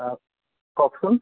অঁ কওকচোন